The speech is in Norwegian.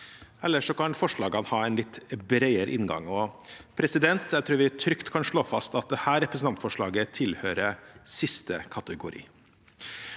eller så kan forslagene ha en litt bredere inngang. Jeg tror vi trygt kan slå fast at dette representantforslaget tilhører siste kategori.